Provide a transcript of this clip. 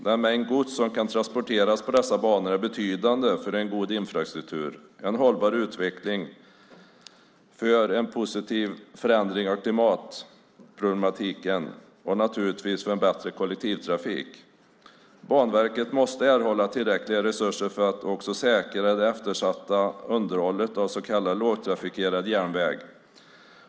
Den mängd gods som kan transporteras på dessa banor är betydande för en god infrastruktur, en hållbar utveckling för en positiv förändring av klimatproblemen och naturligtvis för en bättre kollektivtrafik. Banverket måste erhålla tillräckliga resurser för att också säkra det eftersatta underhållet av så kallad lågtrafikerad järnväg.